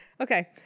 okay